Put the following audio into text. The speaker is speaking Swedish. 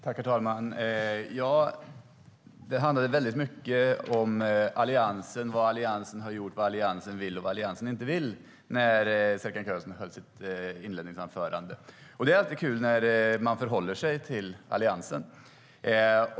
Herr talman! Serkan Köses anförande handlade mycket om Alliansen, vad Alliansen har gjort, vad Alliansen vill och vad Alliansen inte vill. Det är alltid kul att man förhåller sig till Alliansen.